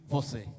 Você